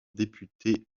député